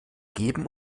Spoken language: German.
geben